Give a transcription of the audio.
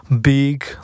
big